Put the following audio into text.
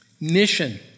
mission